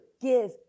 give